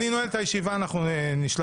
אני נועל את הישיבה, אנחנו נשלח.